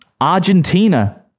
Argentina